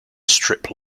strip